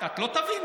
את לא תביני.